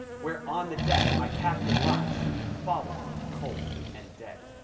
where on the deck my captain lies, fallen cold and dead.